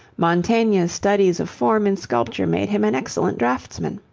mantegna's studies of form in sculpture made him an excellent draughtsman.